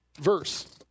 verse